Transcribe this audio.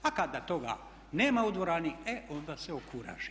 A kada toga nema u dvorani e onda se okuraži.